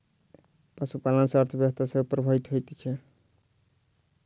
पशुपालन सॅ अर्थव्यवस्था सेहो प्रभावित होइत छै